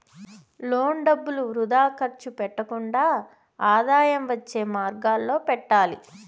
loan డబ్బులు వృథా ఖర్చు పెట్టకుండా ఆదాయం వచ్చే మార్గాలలో పెట్టాలి